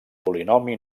polinomi